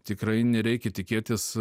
tikrai nereikia tikėtis